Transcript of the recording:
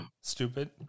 stupid